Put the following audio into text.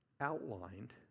outlined